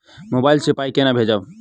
Mobile सँ पाई केना भेजब?